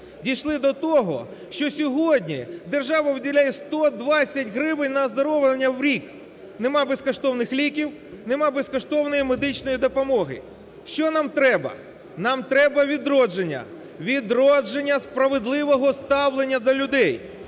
Дійшли до того, що сьогодні держава виділяє 120 гривень на оздоровлення в рік, нема безкоштовних ліків, нема безкоштовної медичної допомоги. Що нам треба? Нам треба відродження, відродження справедливого ставлення до людей.